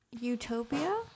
utopia